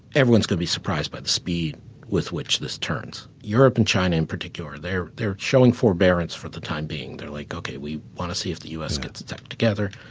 everyone's going to be surprised by the speed with which this turns. europe and china in particular. they're they're showing forbearance for the time being. they're like, ok we want to see if the u s. gets its act together,